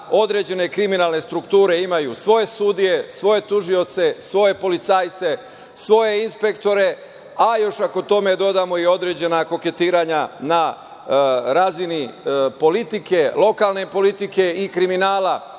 određene kriminalne strukture imaju svoje sudije, svoje tužioce, svoje policajce, svoje inspektore. Još ako tome dodamo i određena koketiranja na razini politike, lokalne politike i kriminala